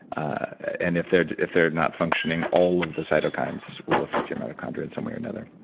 and if they're if they're not functioning, all of the cytokines will affect your mitochondria in some way or another.